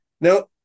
Now